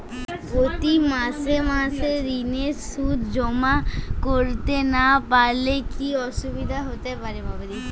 প্রতি মাসে মাসে ঋণের সুদ জমা করতে না পারলে কি অসুবিধা হতে পারে?